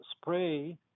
spray